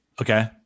Okay